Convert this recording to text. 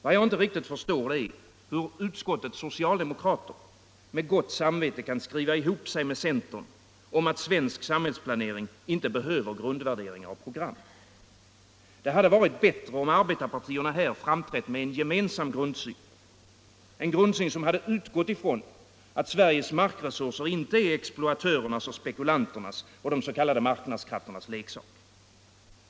Vad jag inte förstår är hur utskottets socialdemokrater med gott samvete kan skriva ihop sig med centern om att svensk samhällsplanering inte behöver grundvärderingar och program. Det hade varit bättre om arbetarpartierna här framträtt med en gemensam grundsyn — en grundsyn som utgått från att Sveriges markresurser inte är exploatörernas och spekulanternas och de s.k. marknadskrafternas leksak.